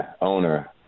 owner